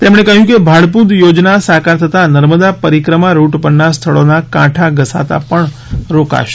તેમણે કહ્યું કે ભાડભૂત યોજના સાકાર થતાં નર્મદા પરિક્રમા રૂટ પરના સ્થળોના કાંઠા ઘસાતા પણ રોકાશે